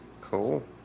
Cool